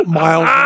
miles